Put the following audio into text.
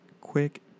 quick